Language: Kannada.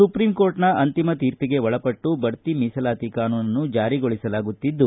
ಸುಪ್ರೀಂಕೋರ್ಟ್ನ ಅಂತಿಮ ತೀರ್ಖಿಗೆ ಒಳಪಟ್ಟು ಬಡ್ತಿ ಮೀಸಲಾತಿ ಕಾನೂನನ್ನು ಜಾರಿಗೊಳಿಸಲಾಗುತ್ತಿದ್ದು